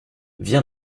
viens